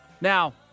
Now